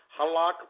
halak